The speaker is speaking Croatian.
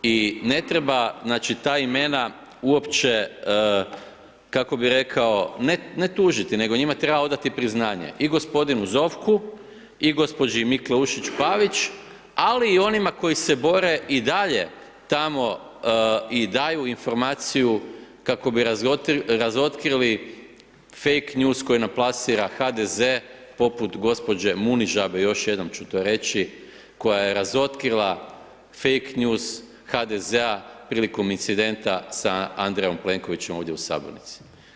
I ne treba, znači ta imena uopće, kako bi rekao, ne tužiti nego njima trena odati priznanje i g. Zovku i gđi. Mikleušić Pavić, ali i onima koji se bore i dalje, tamo i daju informaciju kako bi razotkrili fake news koji nam plasira HDZ poput gđe. Munižabe, još jednom ću to reći, koja je razotkrila fake news HDZ-a prilikom incidenta sa Andrejom Plenkovićem ovdje u Saboru.